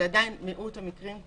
עדיין מיעוט המקרים,